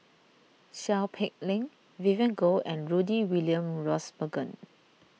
Seow Peck Leng Vivien Goh and Rudy William Mosbergen